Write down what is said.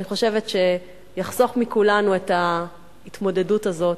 אני חושבת שיחסוך מכולנו את ההתמודדות הזאת